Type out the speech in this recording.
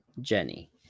Jenny